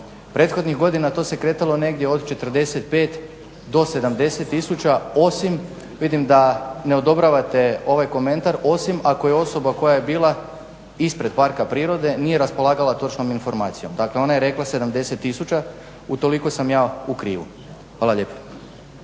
Prethodnih godina to se kretao negdje od 45 do 70 tisuća osim vidim da ne odobravate ovaj komentar, osim ako je osoba koja je bila ispred parka prirode nije raspolagala točnom informacijom. Dakle ona je rekla 70 tisuća utoliko sam ja u krivu. Hvala lijepo.